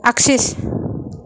आख्सिस